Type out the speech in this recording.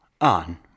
on